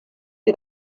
you